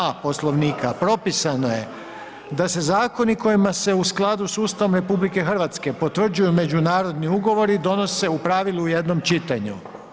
A. poslovnika, propisano je da se zakonom, kojima se u skladu s Ustavom RH, potvrđuju međunarodni ugovori, donose u pravilu u jednom čitanju.